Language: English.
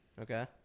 Okay